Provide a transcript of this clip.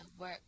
work